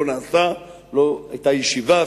היתה ישיבה,